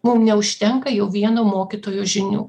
mum neužtenka jau vieno mokytojo žinių